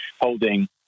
holding